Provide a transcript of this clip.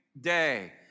day